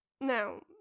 Now